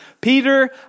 Peter